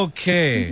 Okay